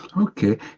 Okay